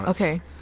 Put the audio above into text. Okay